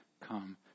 come